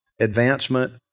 advancement